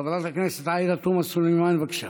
חברת הכנסת עאידה תומא סלימאן, בבקשה.